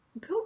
Go